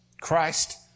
Christ